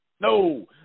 No